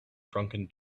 drunken